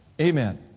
Amen